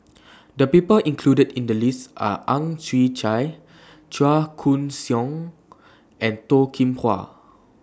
The People included in The list Are Ang Chwee Chai Chua Koon Siong and Toh Kim Hwa